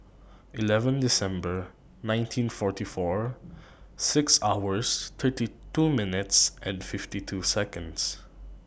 eleven December nineteen forty four six hours twenty two minutes fifty two Seconds